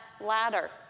ladder